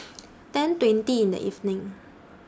ten twenty in The evening